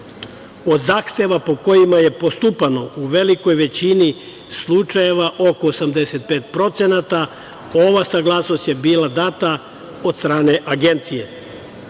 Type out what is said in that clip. Od zahteva po kojima je postupano u velikoj većini, slučajeva oko 85% ova saglasnost je bila data od strane agencije. Ono